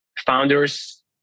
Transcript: Founders